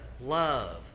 love